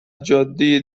جاده